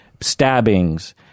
stabbings